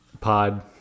pod